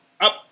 up